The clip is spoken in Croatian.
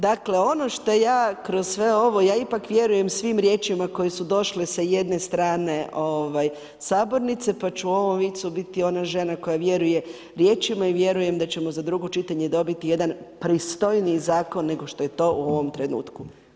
Dakle ono što ja kroz sve ovo, ja ipak vjerujem svim riječima koje su došle sa jedne strane sabornice, pa ću u ovom vicu biti ona žena koja vjeruje riječima i vjerujem da ćemo za drugo čitanje dobiti jedan pristojniji zakon nego što je to u ovom trenutku.